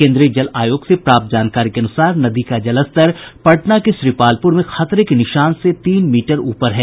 केंद्रीय जल आयोग से प्राप्त जानकारी के अनुसार नदी का जलस्तर पटना के श्रीपालपुर में खतरे के निशान से तीन मीटर ऊपर है